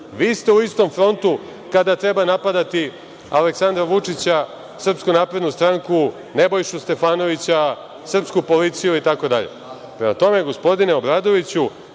Vi ste u istom frontu kada treba napadati Aleksandra Vučića, SNS, Nebojšu Stefanoviću, srpsku policiju, itd. Prema tome, gospodine Obradoviću,